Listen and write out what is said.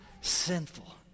sinful